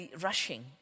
rushing